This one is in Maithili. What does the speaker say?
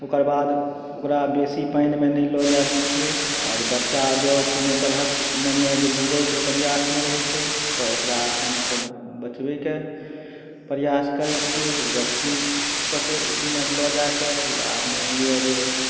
ओकर बाद ओकरा बेसी पानिमे नहि लऽ जाए दै छियै आओर बच्चा जँ कोनो तरहक मने जे डूबैके प्रयासमे रहै छै तऽ ओकरा हमसब बचबैके प्रयास करै छियै रस्सी पकड़िमे लऽ जाके या मानि लियऽ जे